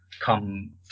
come